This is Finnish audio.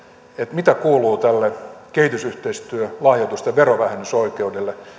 mitä kuuluu tälle kehitysyhteistyölahjoitusten verovähennysoikeudelle